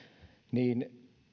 niin